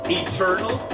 eternal